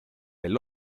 del